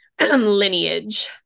lineage